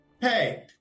Hey